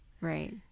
Right